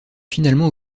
finalement